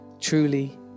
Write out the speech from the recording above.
Truly